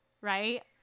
Right